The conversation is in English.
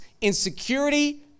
insecurity